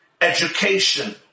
education